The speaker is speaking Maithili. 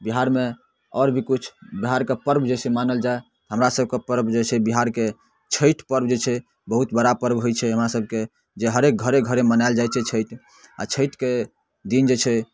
बिहारमे आओर भी किछु बिहार के पर्ब जे छै मानल जाय हमरा सबके पर्ब जे छै बिहारके छठि पर्ब जे छै बहुत बड़ा पर्ब होइ छै हमरासबके जे हरेक घरे घरे मनायल जाइ छै छठि आ छठि के दिन जे छै